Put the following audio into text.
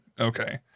Okay